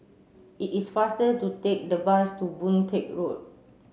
it is faster to take the bus to Boon Teck Road